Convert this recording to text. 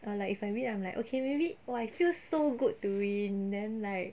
or like if I win I'm like okay maybe !wah! it feels so good to win then like